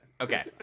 Okay